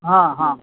હા હા